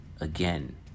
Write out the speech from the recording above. again